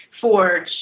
forge